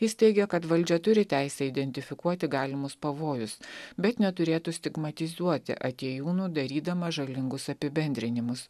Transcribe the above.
jis teigia kad valdžia turi teisę identifikuoti galimus pavojus bet neturėtų stigmatizuoti atėjūnų darydama žalingus apibendrinimus